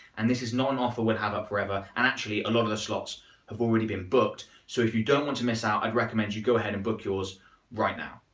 and this is not an offer we'll have up forever. and actually a lot of the slots have already been booked, so if you don't want to miss out, i'd recommend you go ahead and book yours right now.